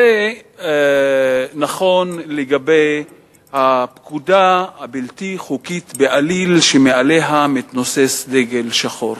זה נכון לגבי "הפקודה הבלתי-חוקית בעליל שמעליה מתנוסס דגל שחור".